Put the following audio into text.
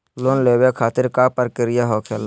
Loan लेवे खातिर का का प्रक्रिया होखेला?